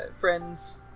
friends